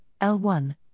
L1